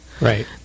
Right